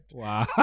wow